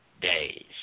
days